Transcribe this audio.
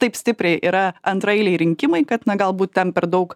taip stipriai yra antraeiliai rinkimai kad na galbūt ten per daug